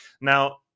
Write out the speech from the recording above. Now